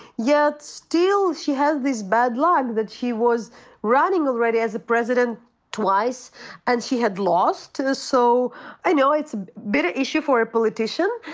yet still she has this bad luck that she was running already as a president twice and she had lost, so i know it's a bitter issue for a politician.